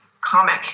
comic